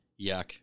Yuck